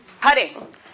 Cutting